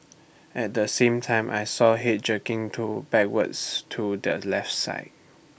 at the same time I saw Head jerking to backwards to the left side